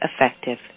effective